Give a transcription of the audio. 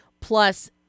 Plus